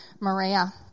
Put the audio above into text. Maria